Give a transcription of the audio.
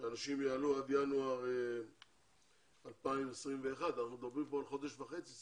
שאנשים יעלו עד ינואר 2021. אנחנו מדברים כאן על בסך הכול חודש וחצי.